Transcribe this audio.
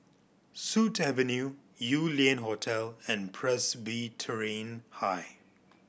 Sut Avenue Yew Lian Hotel and Presbyterian High